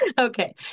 Okay